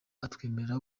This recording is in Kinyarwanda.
atwemerera